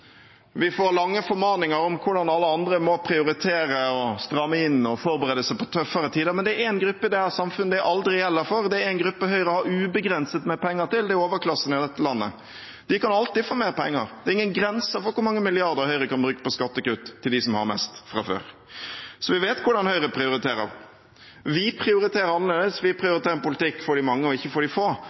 Vi får lange formaninger om hvordan alle andre må prioritere, stramme inn og forberede seg på tøffere tider, men det er én gruppe i dette samfunnet dette aldri gjelder for. Det er en gruppe Høyre har ubegrenset med penger til, og det er overklassen i dette landet. De kan alltid få mer penger – det er ingen grenser for hvor mange milliarder Høyre kan bruke på skattekutt til dem som har mest fra før. Så vi vet hvordan Høyre prioriterer. Vi prioriterer annerledes. Vi prioriterer en politikk for de mange, ikke for de få.